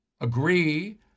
agree